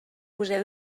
poseu